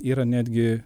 yra netgi